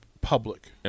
public